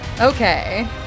Okay